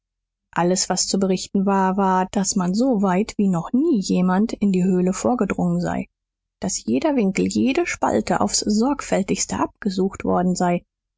alles was zu berichten war war daß man so weit wie noch nie jemand in die höhle vorgedrungen sei daß jeder winkel jede spalte aufs sorgfältigste abgesucht worden sei